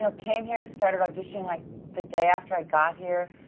you know came here, started auditioning like the day after i got here,